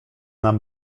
nam